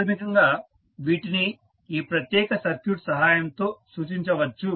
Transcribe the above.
ప్రాథమికంగా వీటిని ఈ ప్రత్యేక సర్క్యూట్ సహాయంతో సూచించవచ్చు